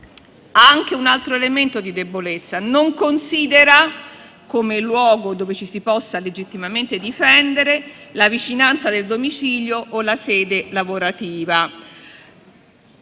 ha anche un altro elemento di debolezza: non considera come luogo dove ci si possa legittimamente difendere la vicinanza del domicilio o la sede lavorativa;